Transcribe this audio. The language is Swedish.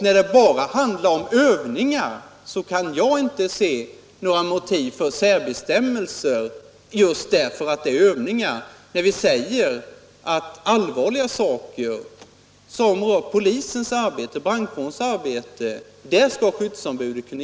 När det bara handlar om övningar kan jag inte se några motiv för särbestämmelser, när skyddsombuden kan ingripa i och avbryta så allvarliga saker som polisens och brandkårens arbete.